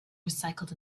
recycled